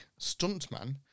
Stuntman